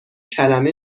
کلمه